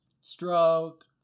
Stroke